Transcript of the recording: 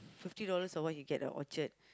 fifty dollars or what he get at Orchard